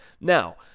Now